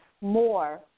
more